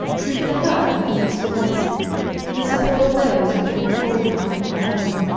prove to her a useful lesson for the support of those which may befall her in her own.